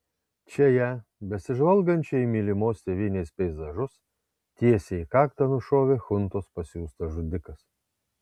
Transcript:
čia ją besižvalgančią į mylimos tėvynės peizažus tiesiai į kaktą nušovė chuntos pasiųstas žudikas